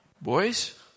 boys